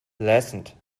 lessened